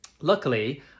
Luckily